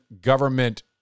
government